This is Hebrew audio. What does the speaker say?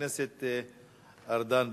השר ארדן,